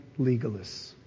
legalists